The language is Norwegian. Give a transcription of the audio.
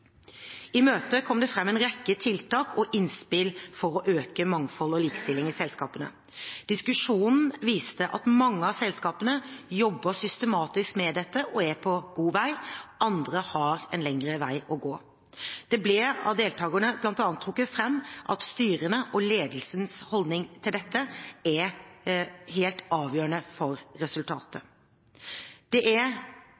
I møtet kom det fram en rekke tiltak og innspill for å øke mangfold og likestilling i selskapene. Diskusjonen viste at mange av selskapene jobber systematisk med dette og er på god vei. Andre har en lengre vei å gå. Det ble av deltakerne bl.a. trukket fram at styrene og ledelsens holdning til dette er helt avgjørende for resultatet.